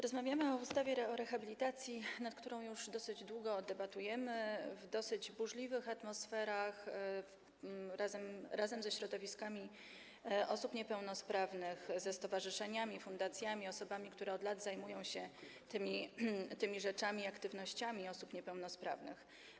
Rozmawiamy o ustawie o rehabilitacji, nad którą już dosyć długo debatujemy w dosyć burzliwej atmosferze razem ze środowiskami osób niepełnosprawnych, ze stowarzyszeniami, fundacjami, osobami, które od lat zajmują się tymi rzeczami i aktywnościami osób niepełnosprawnych.